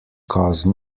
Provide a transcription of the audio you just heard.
cause